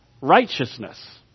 righteousness